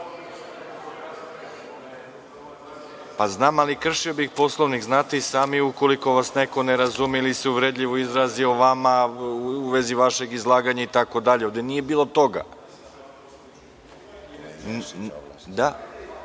rekla…)Znam, ali kršio bih Poslovnik. Znate i sami, ukoliko vas neko ne razume ili se uvredljivo izrazi o vama, u vezi vašeg izlaganja itd. Ovde nije bilo toga.(Goran